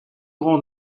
grand